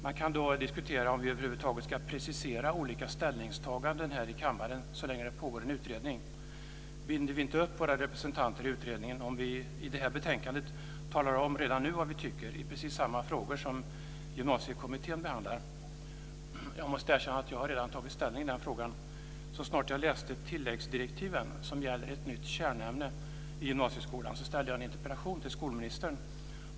Man kan diskutera om vi över huvud taget ska precisera olika ställningstaganden här i kammaren så länge det pågår en utredning. Binder vi inte upp våra representanter i utredningen om vi redan i det här betänkandet talar om vad vi tycker i precis samma frågor som Gymnasiekommittén behandlar? Jag måste erkänna att jag redan har tagit ställning i den frågan. Så snart jag läste tilläggsdirektiven, som gäller ett nytt kärnämne i gymnasieskolan, ställde jag en interpellation till skolministern.